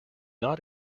not